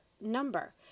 number